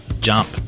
jump